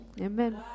amen